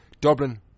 Dublin